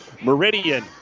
Meridian